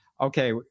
Okay